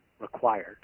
required